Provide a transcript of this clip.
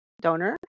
donor